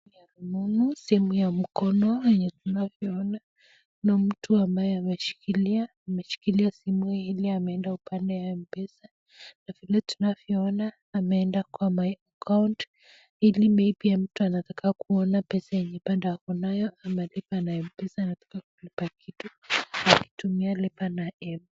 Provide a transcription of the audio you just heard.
Ya rununu, simu ya mkono yenye tunavyoona mtu ambaye ameshikilia, ameshikilia simu ili amenda pale ya pesa na vile tunavyoona ameenda kwa my account ili may be mtu anataka kuona pesa yenye bado ako nayo ama lipa na mpesa anataka kulipa kitu kwa kutumia lipa na mpesa.